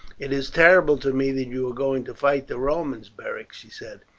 it is terrible to me that you are going to fight the romans, beric, she said.